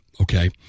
Okay